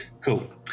Cool